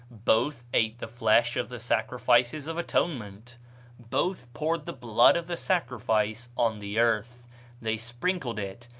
both ate the flesh of the sacrifices of atonement both poured the blood of the sacrifice on the earth they sprinkled it,